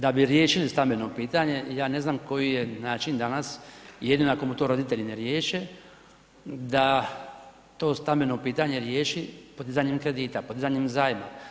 Da bi riješili stambeno pitanje, ja ne znam koji je način danas, jedino ako mu to roditelji ne riješe, da to stambeno pitanje riješi podizanjem kredita, podizanjem zajma.